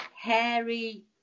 hairy